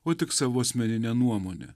o tik savo asmeninę nuomonę